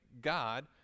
God